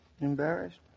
Embarrassed